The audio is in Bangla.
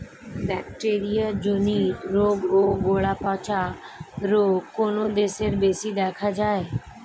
ব্যাকটেরিয়া জনিত রোগ ও গোড়া পচা রোগ কোন দেশে বেশি দেখা যায়?